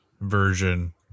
version